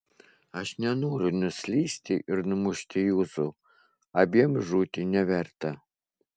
aš nenoriu nuslysti ir numušti jūsų abiem žūti neverta